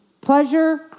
pleasure